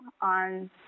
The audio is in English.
on